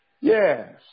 Yes